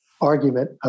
argument